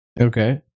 Okay